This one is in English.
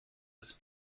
its